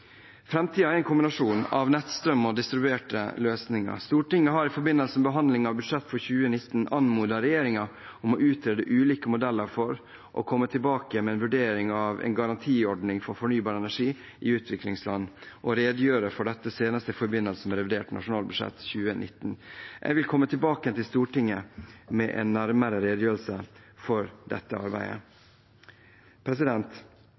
er en kombinasjon av nettstrøm og distribuerte løsninger. Stortinget har i forbindelse med behandlingen av budsjettet for 2019 anmodet regjeringen om å «utrede ulike modeller for, og komme tilbake med en vurdering av, en garantiordning for fornybar energi i utviklingsland, og redegjøre for dette senest i forbindelse med revidert nasjonalbudsjett 2019». Jeg vil komme tilbake til Stortinget med en nærmere redegjørelse for dette arbeidet.